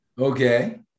Okay